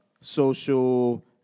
social